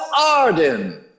Arden